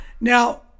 Now